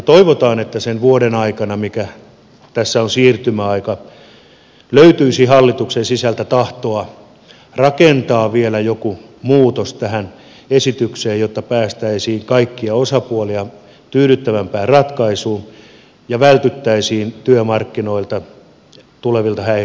toivotaan että sen vuoden aikana mikä tässä on siirtymäaika löytyisi hallituksen sisältä tahtoa rakentaa vielä joku muutos tähän esitykseen jotta päästäisiin kaikkia osapuolia tyydyttävämpään ratkaisuun ja vältyttäisiin työmarkkinoilta tulevilta häiriöiltä